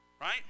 right